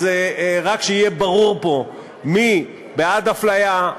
אז רק שיהיה ברור פה מי בעד הפליה,